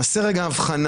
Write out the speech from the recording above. נעשה רגע הבחנה.